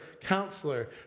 counselor